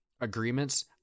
agreements